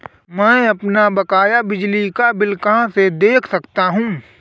मैं अपना बकाया बिजली का बिल कहाँ से देख सकता हूँ?